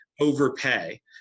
overpay